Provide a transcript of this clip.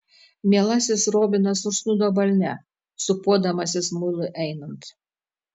mielasis robinas užsnūdo balne sūpuodamasis mului einant